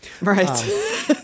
Right